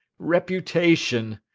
reputation!